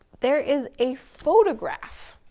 there is a photograph,